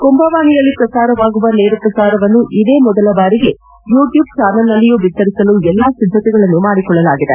ಕುಂಭವಾಣಿಯಲ್ಲಿ ಪ್ರಸಾರವಾಗುವ ನೇರಪ್ರಸಾರವನ್ತು ಇದೇ ಮೊದಲ ಬಾರಿಗೆ ಯು ಟ್ಕೂಬ್ ಚಾನಲ್ನಲ್ಲಿಯೂ ಬಿತ್ತರಿಸಲು ಎಲ್ಲಾ ಸಿದ್ದತೆಗಳನ್ನು ಮಾಡಿಕೊಳ್ಳಲಾಗಿದೆ